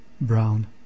Brown